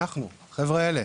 אנחנו, החבר'ה האלה.